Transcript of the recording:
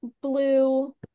Blue